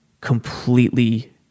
completely